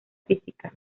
física